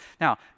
Now